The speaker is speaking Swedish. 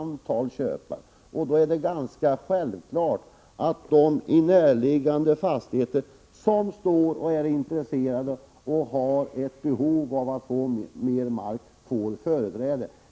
Då är det självklart att jordbrukare som har närliggande fastigheter och som är intresserade och har behov av mer mark får företräde.